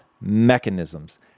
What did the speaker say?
Mechanisms